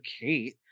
kate